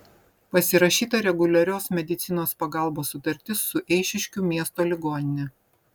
pasirašyta reguliarios medicinos pagalbos sutartis su eišiškių miesto ligonine